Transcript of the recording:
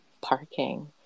Parking